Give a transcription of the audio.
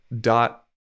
dot